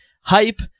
Hype